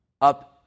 up